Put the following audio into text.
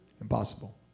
impossible